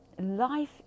life